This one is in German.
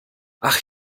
ach